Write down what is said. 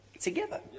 together